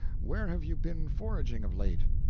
where have you been foraging of late?